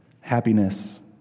happiness